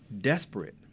desperate